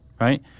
Right